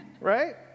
right